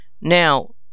Now